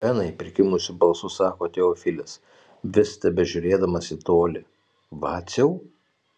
benai prikimusiu balsu sako teofilis vis tebežiūrėdamas į tolį vaciau